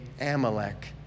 Amalek